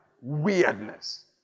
weirdness